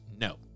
no